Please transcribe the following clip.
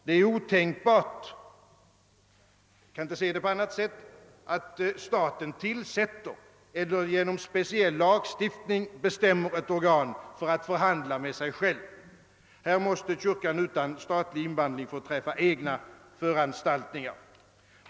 Det är otänkbart — jag kan inte se det på annat sätt — att staten tillsätter eller genom speciell lagstiftning bestämmer ett organ för att förhandla med sig själv. Här måste kyrkan utan statlig inblandning få träffa egna föranstaltningar.